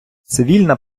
цивільна